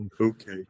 Okay